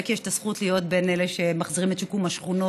לז'קי יש את הזכות להיות בין אלה שמחזירים את שיקום השכונות.